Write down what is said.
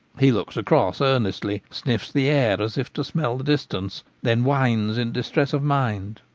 he looks across earnestly, sniffs the air as if to smell the distance, then whines in distress of mind.